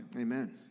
Amen